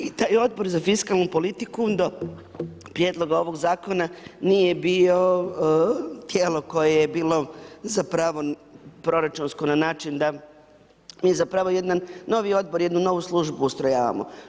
I taj Odbor za fiskalnu politiku do Prijedloga ovog Zakona nije bio tijelo koje bilo zapravo proračunsko na način da mi zapravo jedan novi Odbor, jednu novu službu ustrojavamo.